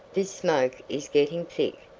this smoke is getting thick.